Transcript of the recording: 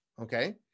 Okay